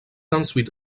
ensuite